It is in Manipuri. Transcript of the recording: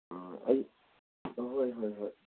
ꯑ ꯑꯩ ꯍꯣꯏ ꯍꯣꯏ ꯍꯣꯏ